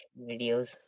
videos